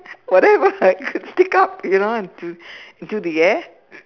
whatever you could stick up you know into into the air